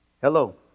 Hello